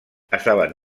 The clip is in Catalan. estaven